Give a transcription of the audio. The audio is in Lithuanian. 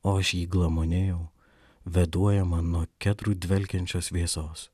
o aš jį glamonėjau vėduojama nuo kedrų dvelkiančios vėsos